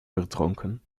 verdronken